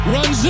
Run